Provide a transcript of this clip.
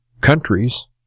countries